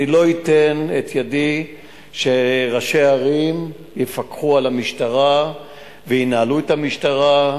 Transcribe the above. אני לא אתן את ידי שראשי ערים יפקחו על המשטרה וינהלו את המשטרה,